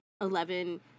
eleven